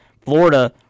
Florida